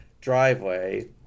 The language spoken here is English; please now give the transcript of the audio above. driveway